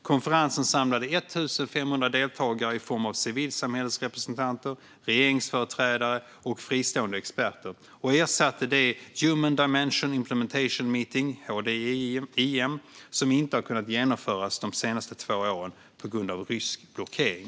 Konferensen samlade 1 500 deltagare i form av civilsamhällesrepresentanter, regeringsföreträdare och fristående experter och ersatte det Human Dimension Implementation Meeting, HDIM, som inte har kunnat genomföras de senaste två åren på grund av rysk blockering.